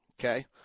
Okay